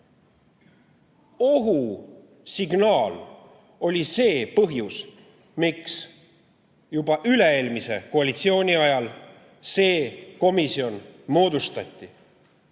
ohusignaal oli põhjus, miks üle-eelmise koalitsiooni ajal see komisjon moodustati.